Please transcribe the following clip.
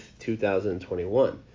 2021